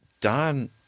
Don